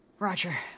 Roger